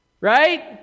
Right